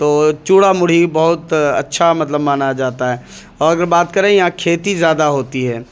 تو چوڑا مڑھی بہت اچّھا مطلب مانا جاتا ہے اور اگر بات کریں یہاں کھیتی زیادہ ہوتی ہے